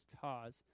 cause